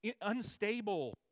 unstable